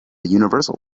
universal